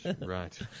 Right